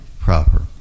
proper